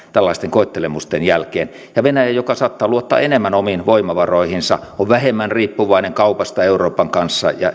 koettelemusten jälkeen ja venäjä joka saattaa luottaa enemmän omiin voimavaroihinsa on vähemmän riippuvainen kaupasta euroopan kanssa ja